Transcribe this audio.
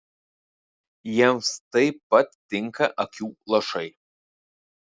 jiems taip pat tinka akių lašai